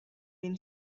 been